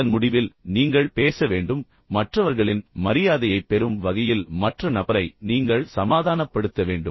அதன் முடிவில் நீங்கள் பேச வேண்டும் என்பதை நினைவில் கொள்ளுங்கள் மற்றவர்களின் மரியாதையைப் பெறும் வகையில் மற்ற நபரை நீங்கள் சமாதானப்படுத்த வேண்டும்